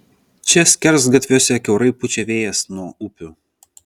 čia skersgatviuose kiaurai pučia vėjas nuo upių